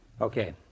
Okay